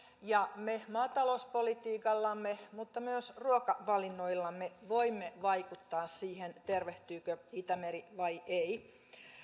ja me maatalouspolitiikallamme mutta myös ruokavalinnoillamme voimme vaikuttaa siihen tervehtyykö itämeri vai ei